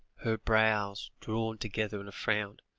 her brows drawn together in a frown